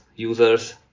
users